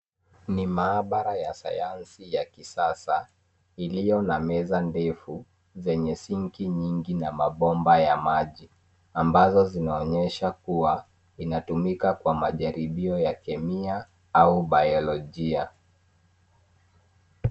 Ni maabara ya sayansi ya kisasa, iliyo na meza ndefu ,zenye sinki nyingi na mabomba ya maji, ambazo zinaonyesha, kuwa inatumika kwa majaribio ya kemia au biologia .